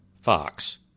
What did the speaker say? Fox